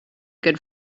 good